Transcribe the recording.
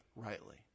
rightly